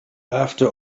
after